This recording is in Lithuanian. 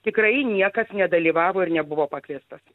tikrai niekas nedalyvavo ir nebuvo pakviestas